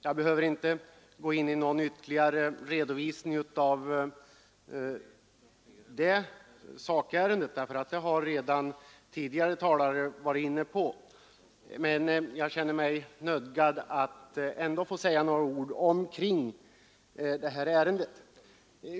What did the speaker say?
Jag behöver inte gå in i någon ytterligare redovisning av sakfrågan, eftersom tidigare talare redan varit inne på den, men jag känner mig ändå nödsakad att säga några ord kring det här ärendet.